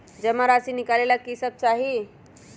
जमा राशि नकालेला कि सब चाहि?